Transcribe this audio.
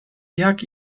jak